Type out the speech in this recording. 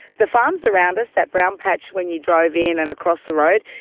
the farms around us, that brown patch when you drove in and across the road,